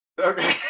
Okay